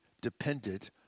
dependent